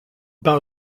parle